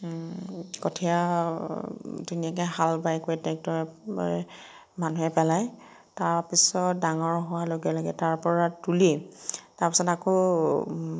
কঠীয়া ধুনীয়াকৈ হাল বাই কৰি ট্ৰেক্টৰে মানুহে পেলায় তাৰপিছত ডাঙৰ হোৱাৰ লগে লগে তাৰ পৰা তুলি তাৰ পাছত আকৌ